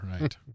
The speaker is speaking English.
right